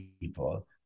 people